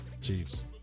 Chiefs